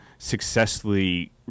successfully